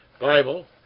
Bible